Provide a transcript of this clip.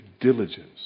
diligence